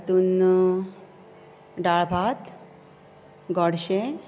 तातूंत डाळ भात गोडशें